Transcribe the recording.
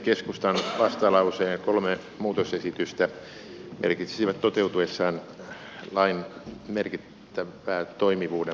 keskustan vastalauseen kolme muutosesitystä merkitsisivät toteutuessaan lain merkittävää toimivuuden parantumista